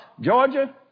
Georgia